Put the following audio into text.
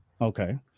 okay